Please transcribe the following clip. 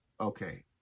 Okay